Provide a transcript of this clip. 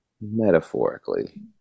Metaphorically